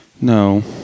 no